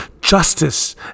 justice